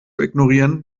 ignorieren